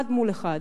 אחד מול אחד,